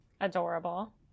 adorable